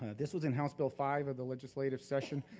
this was in house bill five of the legislative session,